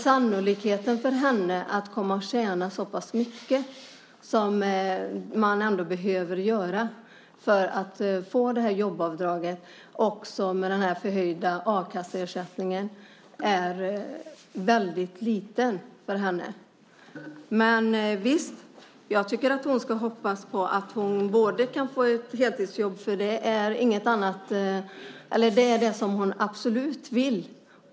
Sannolikheten för att hon kommer att tjäna så pass mycket som ändå behövs för jobbavdraget - också med tanke på den förhöjda a-kasseersättningen - är väldigt liten. Men visst ska hon hoppas på att få ett heltidsjobb. Det är det som hon absolut vill.